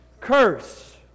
curse